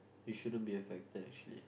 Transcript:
it shouldn't be affected actually